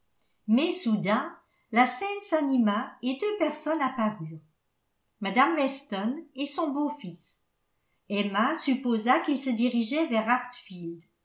mais soudain la scène s'anima et deux personnes apparurent mme weston et son beau-fils emma supposa qu'ils se dirigeaient vers